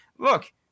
look